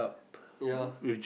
ya